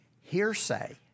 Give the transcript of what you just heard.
hearsay